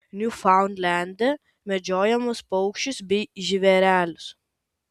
niufaundlende medžiojamus paukščius bei žvėrelius